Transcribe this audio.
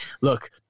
look